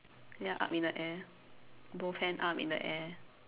ya up in the air both hand up in the air